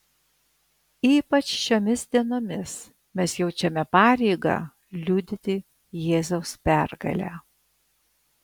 ypač šiomis dienomis mes jaučiame pareigą liudyti jėzaus pergalę